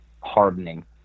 hardening